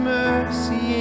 mercy